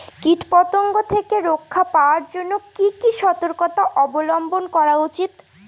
কীটপতঙ্গ থেকে রক্ষা পাওয়ার জন্য কি কি সর্তকতা অবলম্বন করা উচিৎ?